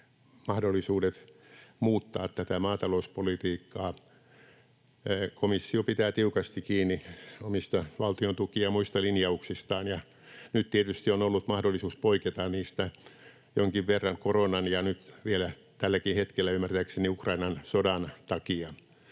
mahdollisuudet muuttaa tätä maatalouspolitiikkaa. Komissio pitää tiukasti kiinni omista valtiontuki- ja muista linjauksistaan. Nyt tietysti on ollut mahdollisuus poiketa niistä jonkin verran koronan ja nyt vielä tälläkin hetkellä, ymmärtääkseni, Ukrainan sodan takia,